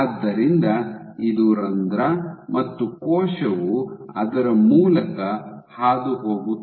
ಆದ್ದರಿಂದ ಇದು ರಂಧ್ರ ಮತ್ತು ಕೋಶವು ಅದರ ಮೂಲಕ ಹಾದುಹೋಗುತ್ತದೆ